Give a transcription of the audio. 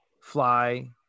fly